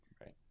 Right